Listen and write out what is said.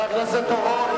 בעיני עצמך.